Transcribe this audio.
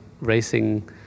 racing